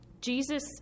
Jesus